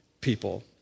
people